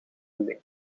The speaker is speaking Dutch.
links